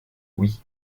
oui